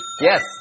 Yes